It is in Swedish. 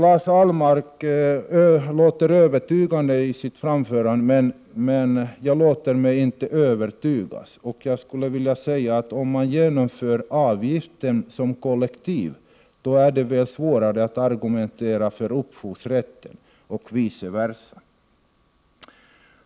Lars Ahlmark lät övertygande i sitt anförande, men jag låter mig inte övertygas. Om man genomför avgiften som kollektiv, blir det svårare att argumentera för upphovsrätten och vice versa.